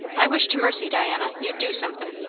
i wish to mercy, diana, you'd do somethin'.